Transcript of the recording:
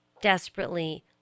desperately